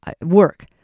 work